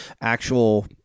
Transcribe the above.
actual –